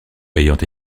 ayant